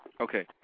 Okay